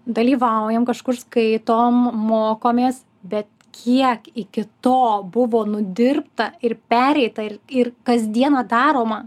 dalyvaujam kažkur skaitom mokomės bet kiek iki to buvo nudirbta ir pereita ir ir kasdiena daroma